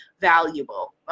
valuable